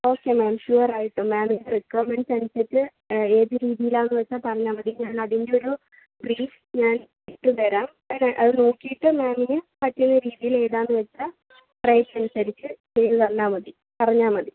okay ma'am sure ആയിട്ടും മാമിൻ്റെ requirements അനുസരിച്ച് ഏത് രീതിയിലാണെന്ന് വെച്ചാൽ പറഞ്ഞാൽ മതി ഞാൻ അതിൻ്റെ ഒരു ബ്രീഫ് ഞാൻ ഇട്ടുതരാം അതെ അത് നോക്കിയിട്ട് മാമിന് പറ്റുന്ന രീതിയിൽ ഏതാണെന്ന് വെച്ചാൽ പ്രൈസ് അനുസരിച്ച് ചെയ്ത് തന്നാൽ മതി പറഞ്ഞാൽ മതി